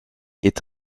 est